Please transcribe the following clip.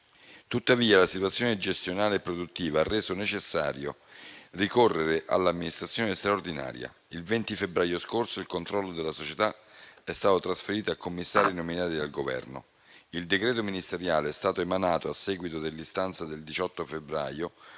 tuttavia, la situazione gestionale e produttiva ha reso necessario ricorrere all'amministrazione straordinaria. Il 20 febbraio 2024, il controllo della società è stato trasferito a commissari nominati dal Governo. Il decreto ministeriale è stato emanato a seguito dell'istanza del 18 febbraio,